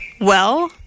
Well